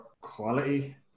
quality